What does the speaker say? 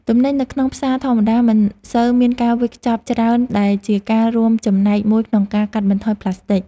ទំនិញនៅក្នុងផ្សារធម្មតាមិនសូវមានការវេចខ្ចប់ច្រើនដែលជាការរួមចំណែកមួយក្នុងការកាត់បន្ថយប្លាស្ទិក។